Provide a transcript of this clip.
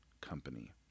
company